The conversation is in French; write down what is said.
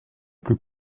plus